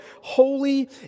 holy